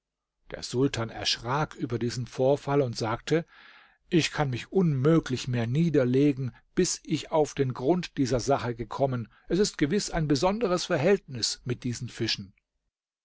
der sultan erschrak über diesen vorfall und sagte ich kann mich unmöglich mehr niederlegen bis ich auf den grund dieser sache gekommen es ist gewiß ein besonderes verhältnis mit diesen fischen